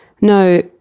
no